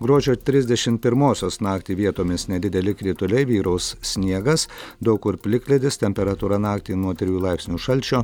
gruodžio trisdešim pirmosios naktį vietomis nedideli krituliai vyraus sniegas daug kur plikledis temperatūra naktį nuo trijų laipsnių šalčio